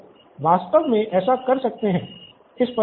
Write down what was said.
तो आप वास्तव में ऐसा कर सकते हैं इस पर काम कर सकते हैं